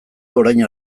orain